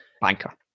Banker